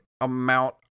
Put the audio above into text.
amount